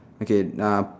okay nah